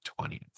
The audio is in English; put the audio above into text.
20th